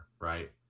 right